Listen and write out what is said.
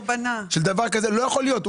לא יכול להיות.